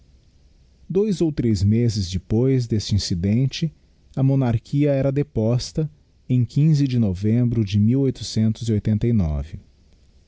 dois ou três mezes depois deste incidente a monarchia era deposta em de novembro de